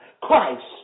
Christ